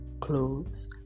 clothes